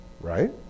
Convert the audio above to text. right